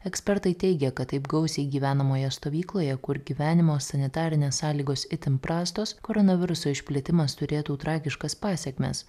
ekspertai teigia kad taip gausiai gyvenamoje stovykloje kur gyvenimo sanitarinės sąlygos itin prastos koronaviruso išplitimas turėtų tragiškas pasekmes